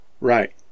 Right